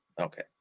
okay